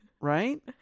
Right